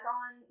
on